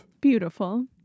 beautiful